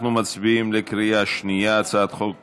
אנחנו מצביעים בקריאה שנייה על הצעת חוק